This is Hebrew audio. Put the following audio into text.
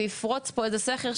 ויפרוץ פה את הסכר?